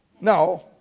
No